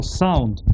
sound